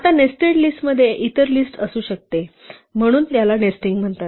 आता नेस्टेड लिस्टमध्ये इतर लिस्ट असू शकते म्हणून याला नेस्टिंग म्हणतात